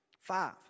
five